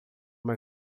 uma